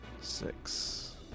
six